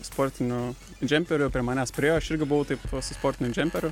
sportiniu džemperiu prie manęs priėjo aš irgi buvau taip sportiniu džemperiu